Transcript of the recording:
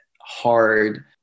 hard